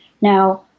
Now